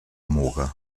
muga